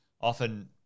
often